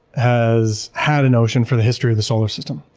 has had an ocean for the history of the solar system.